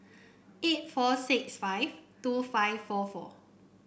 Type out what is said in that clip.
eight four six five two five four four